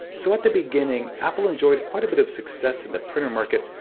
so at the beginning, apple enjoyed quite a bit of success in the printer market.